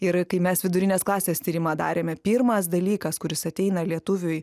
ir kai mes vidurinės klasės tyrimą darėme pirmas dalykas kuris ateina lietuviui